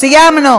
שר התחבורה יתקן.